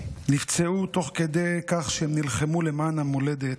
נפצעו תוך כדי כך שהם נלחמו למען המולדת,